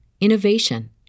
innovation